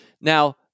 Now